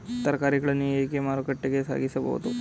ತರಕಾರಿಗಳನ್ನು ಹೇಗೆ ಮಾರುಕಟ್ಟೆಗೆ ಸಾಗಿಸಬಹುದು?